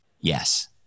yes